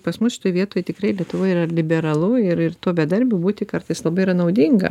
pas mus šitoj vietoj tikrai lietuvoj yra liberalu ir ir tuo bedarbiu būti kartais labai yra naudinga